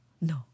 no